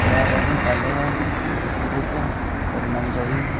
cab असें गी पैह्लें गै बुक करी लैनी चाहिदी